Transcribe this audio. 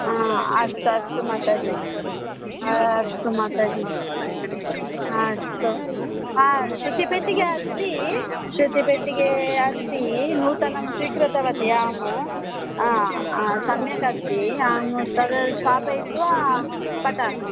आ अस्तु अस्तु माताजि अस्तु माताजि अस्तु आ श्रुतिपेटिका अस्ति श्रुतिपेटिका अस्ति नूतनं स्वीकृतवती अहम् आ आ सम्यक् अस्ति अहं तत् स्थापयित्वा पठामि